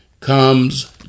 comes